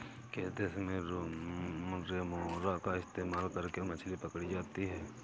किस देश में रेमोरा का इस्तेमाल करके मछली पकड़ी जाती थी?